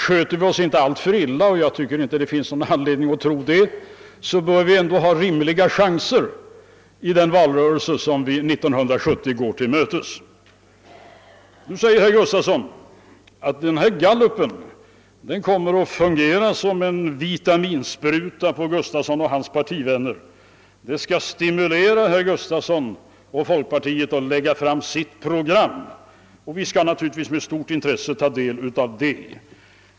Sköter vi oss inte alltför illa — och jag tycker inte det finns anledning att tro att vi skulle göra det — bör vi emellertid ha rimliga chanser i valrörelsen 1970. Nu säger herr Gustafson att denna gallupundersökning kommer att fungera som en vitaminspruta på honom och hans parti — den skall stimulera folkpartiet att lägga fram sitt program. Vi skall med stort intresse ta del av programmet.